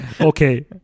Okay